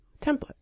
template